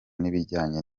n’ibijyanye